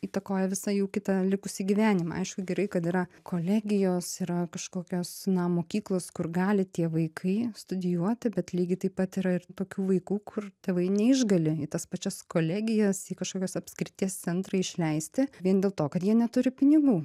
įtakoja visą jų kitą likusį gyvenimą aišku gerai kad yra kolegijos yra kažkokios na mokyklos kur gali tie vaikai studijuoti bet lygiai taip pat yra ir tokių vaikų kur tėvai neišgali į tas pačias kolegijas į kažkokios apskrities centrą išleisti vien dėl to kad jie neturi pinigų